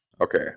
Okay